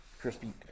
Crispy